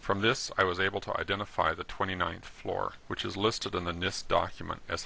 from this i was able to identify the twenty ninth floor which is listed in the nist document as